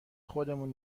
خودمون